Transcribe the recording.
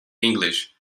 english